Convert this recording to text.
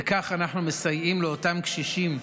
וכך אנחנו מסייעים לאותם קשישים,